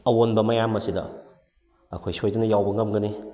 ꯑꯑꯣꯟꯕ ꯃꯌꯥꯝ ꯑꯁꯤꯗ ꯑꯩꯈꯣꯏ ꯁꯣꯏꯗꯅ ꯌꯥꯎꯕ ꯉꯝꯒꯅꯤ